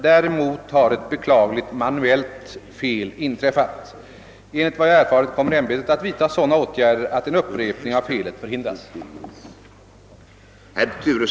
Däremot har ett beklagligt manuellt fel inträffat. Enligt vad jag erfarit kommer ämbetet att vidta sådana åtgärder att en upprepning av felet förhindras.